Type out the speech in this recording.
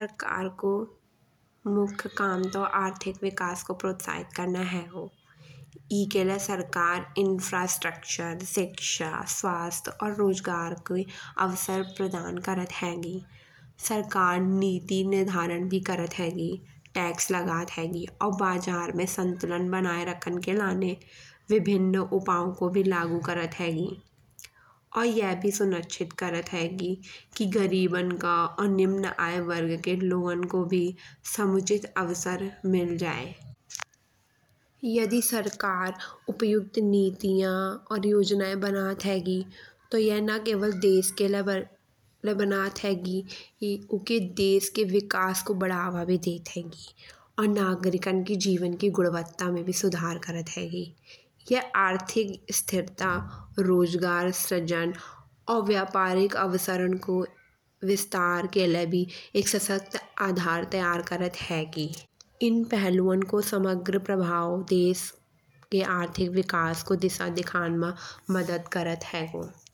कार को मुख्य कम तो आर्थिक विकास को प्रोत्साहित करना हैगो। एके ले सरकार इन्फ्रास्ट्रक्चर शिक्षा स्वास्थ और रोजगार के अवसर प्रदान करत हेंगी। सरकार नीति निर्धारण भी करत हेगी। टैक्स लगत हेगी और बाजार में संतुलन बनाए रखन के लाने विभिन्न उपाय को भी लागू करत हेगी। और यह भी सुनिश्चित करत हेगी कि गरीबन का और निम्न वर्ग के लोगन को भी समुचित अवसर मिल जाए। यदि सरकार उपयुक्त नीतियां और योजनायें बनात हेगी। तो यह न केवल देश बनात हेगी। उके देश के विकास को बढ़ावा भी देत हेगी। और नागरिका के जीवन की गुणवत्ता में भी सुधार करत हेगी। यह आर्थिक स्थिरता रोजगार स्रजन व्यापरिक अवसरन को विस्तार के लाये भी एक सशक्त आधार तैयार करत हेगी। एं पहलुयां को समग्र प्रभाव देश के आर्थिक विकास को दिशा दिखान मा मदद करत हैगो।